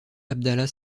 abdallah